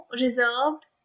reserved